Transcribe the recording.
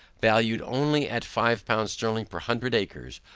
valued only at five pounds sterling per hundred acres,